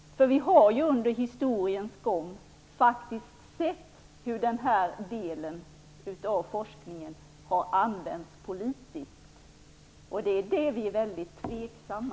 Under historiens gång har vi ju sett hur denna del av forskningen använts politiskt. Där är vi väldigt tveksamma.